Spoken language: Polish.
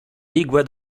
igłę